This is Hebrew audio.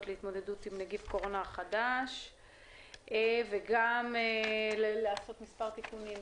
להתמודדות עם נגיף הקורונה החדש וגם לעשות מספר תיקונים.